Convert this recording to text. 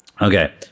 Okay